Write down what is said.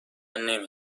نمی